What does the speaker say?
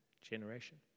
generation